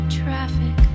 traffic